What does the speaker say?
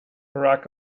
barack